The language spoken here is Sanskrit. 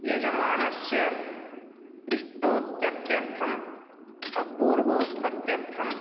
यजमानस्य इष्टोत्पत्यर्थम् अपूर्वोत्पत्यर्थम्